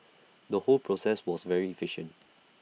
the whole process was very efficient